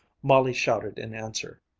molly shouted in answer,